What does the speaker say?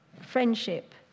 friendship